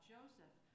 Joseph